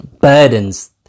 burdens